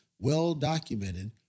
well-documented